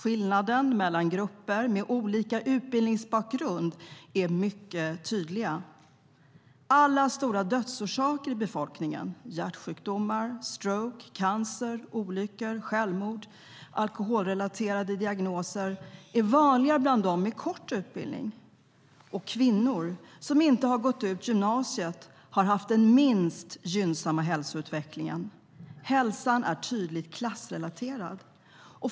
Skillnaderna mellan grupper med olika utbildningsbakgrund är mycket tydliga. Alla stora dödsorsaker hos befolkningen - hjärtsjukdomar, stroke, cancer, olyckor, självmord och alkoholrelaterade diagnoser - är vanligare bland dem med kort utbildning. Kvinnor som inte har gått ur gymnasiet har haft den minst gynnsamma hälsoutvecklingen. Hälsan är tydligt klassrelaterad.